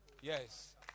Yes